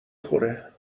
خوره